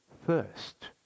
first